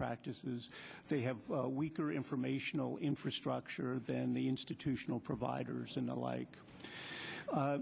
practices they have weaker informational infrastructure than the institutional providers and the like